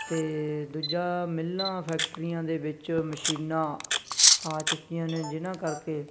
ਅਤੇ ਦੂਜਾ ਮਿੱਲਾਂ ਫੈਕਟਰੀਆਂ ਦੇ ਵਿੱਚ ਮਸ਼ੀਨਾਂ ਆ ਚੁੱਕੀਆਂ ਨੇ ਜਿਨਾਂ ਕਰਕੇ